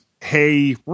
hey